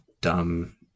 dumb